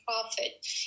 profit